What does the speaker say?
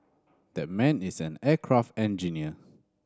that man is an aircraft engineer